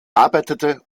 arbeitete